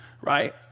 right